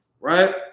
right